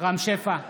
רם שפע,